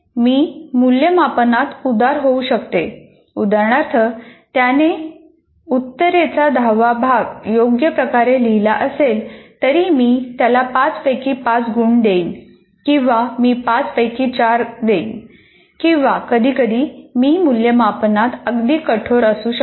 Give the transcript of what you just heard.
मी मूल्यमापनात उदार होऊ शकते उदाहरणार्थ त्याने उत्तरेचा दहावा भाग योग्यप्रकारे लिहिला असेल तरी मी त्याला पाच पैकी पाच गुण देईन किंवा मी 5 पैकी 4 देईन किंवा कधीकधी मी मूल्यमापनात अगदी कठोर असू शकते